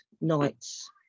nights